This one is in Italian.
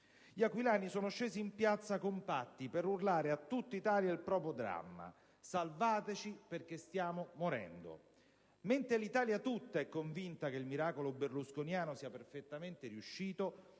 Gli aquilani sono scesi in piazza, compatti, per urlare a tutta Italia il proprio dramma: «Salvateci, perché stiamo morendo». Mentre l'Italia tutta è convinta che il miracolo berlusconiano sia perfettamente riuscito,